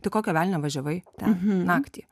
tai kokio velnio važiavai ten naktį